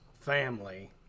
family